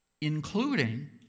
Including